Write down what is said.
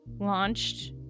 launched